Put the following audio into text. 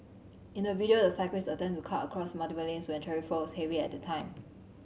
in the video the cyclist attempted to cut across multiple lanes when traffic flow was heavy at that time